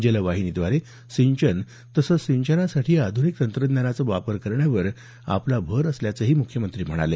जलवाहिनीद्वारे सिंचन तसंच सिंचनासाठी आधुनिक तंत्रज्ञानाचा वापर करण्यावर आपला भर असल्याचंही मुख्यमंत्री म्हणाले